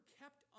kept